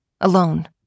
alone